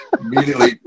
immediately